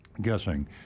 guessing